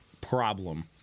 problem